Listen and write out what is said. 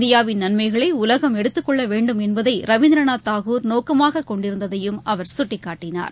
இந்தியாவின் நன்மைகளைகம் எடுத்துக்கொள்ளவேண்டுமென்பதைவீந்திரநாத் தாகூர் நோக்கமாகொண்டிருந்ததையும் அவர் சுட்டிக்காட்டினார்